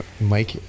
mike